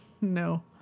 No